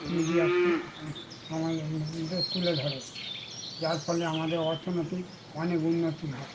media তু আমাদের মধ্যে তুলে ধরে যার ফলে আমাদের অর্থনীতির অনেক উন্নতি হয়